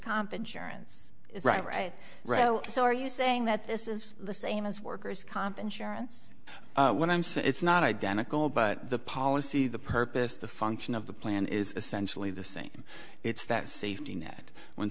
comp insurance is right right right so are you saying that this is the same as worker's comp insurance when i'm sure it's not identical but the policy the purpose the function of the plan is essentially the same it's that safety net when